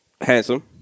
Handsome